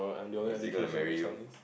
is it gonna marry you